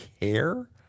care